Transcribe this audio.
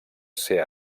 ser